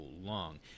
long